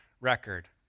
record